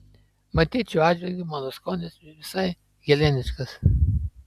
matyt šiuo atžvilgiu mano skonis visai heleniškas